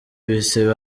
ibisebe